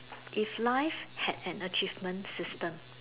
if life had an achievement system